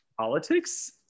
politics